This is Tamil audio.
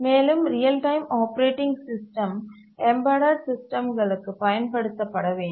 மேலும் real time operating system embedded சிஸ்டம்களுக்கு பயன்படுத்த பட வேண்டும்